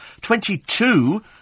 Twenty-two